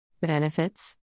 Benefits